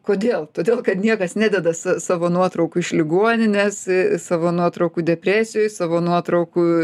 kodėl todėl kad niekas nededa sa savo nuotraukų iš ligoninės savo nuotraukų depresijoj savo nuotraukų